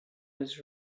was